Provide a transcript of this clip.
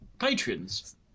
Patrons